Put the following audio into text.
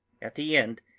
at the end,